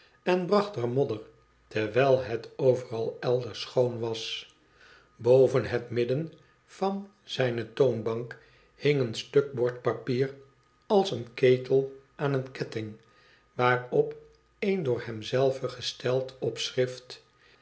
en bracht er modder terwijl het overal elders schoon was boven het midden van zijne toonbank hing een stuk bordpapier als een ketel aan een ketting waarop een door hem zelven gesteld opschrift